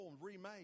remade